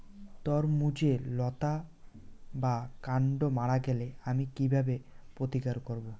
তরমুজের লতা বা কান্ড মারা গেলে আমি কীভাবে প্রতিকার করব?